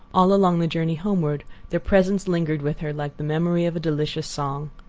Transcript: all along the journey homeward their presence lingered with her like the memory of a delicious song.